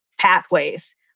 pathways